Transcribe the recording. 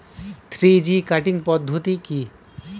Three G cutting পদ্ধতি কি?